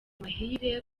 amahire